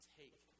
take